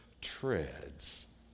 treads